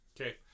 Okay